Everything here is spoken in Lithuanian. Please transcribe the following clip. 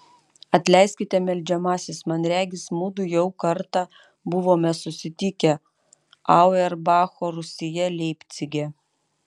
atleiskite meldžiamasis man regis mudu jau kartą buvome susitikę auerbacho rūsyje leipcige